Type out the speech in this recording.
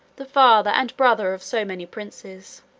the father and brother of so many princes.